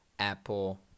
Apple